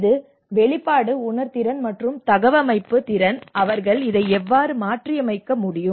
இது வெளிப்பாடு உணர்திறன் மற்றும் தகவமைப்பு திறன் அவர்கள் இதை எவ்வாறு மாற்றியமைக்க முடியும்